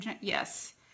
yes